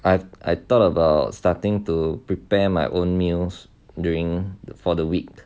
I I thought about starting to prepare my own meals during for the week